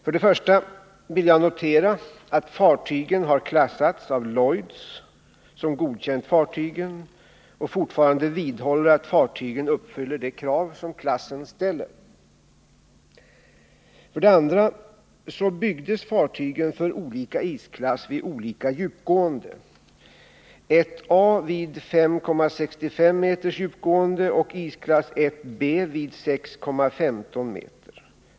För det första vill jag notera att fartygen har klassats av Lloyds, som godkänt fartygen och fortfarande vidhåller att dessa motsvarar de för isklassen föreskrivna specifikationerna. För det andra byggdes fartygen för olika isklass vid olika djupgående, nämligen för isklass A 1 vid 5,65 m djupgående och för isklass B 1 vid 6,15 m djupgående.